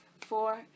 four